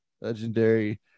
Legendary